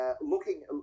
Looking